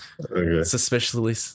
suspiciously